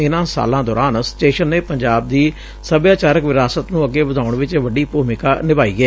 ਇਨ੍ਹਾ ਸਾਲਾ ਦੌਰਾਨ ਸਟੇਸ਼ਨ ਨੇ ਪੰਜਾਬ ਦੀ ਸਭਿਆਚਾਰਕ ਵਿਰਾਸਤ ਨੂੰ ਅਗੇ ਵਧਾਉਣ ਚ ਵੱਡੀ ਭੂਮਿਕਾ ਨਿਭਾਈ ਏ